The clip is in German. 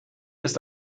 ist